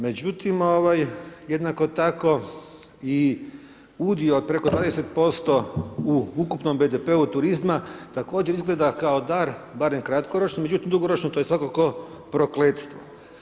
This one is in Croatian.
Međutim, jednako tako i udio preko 20% u ukupnom BDP-u turizma također izgleda kao dar, barem kratkoročno, međutim, dugoročno, to je svakako prokletstvo.